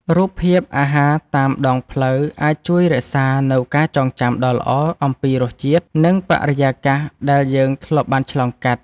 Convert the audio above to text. រូបភាពអាហារតាមដងផ្លូវ អាចជួយរក្សានូវការចងចាំដ៏ល្អអំពីរសជាតិ និងបរិយាកាសដែលយើងធ្លាប់បានឆ្លងកាត់។